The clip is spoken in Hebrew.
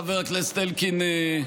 חבר הכנסת אלקין,